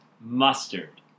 mustard